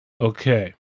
okay